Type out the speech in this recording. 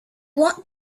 what